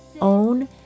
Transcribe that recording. own